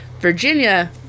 Virginia